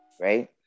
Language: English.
right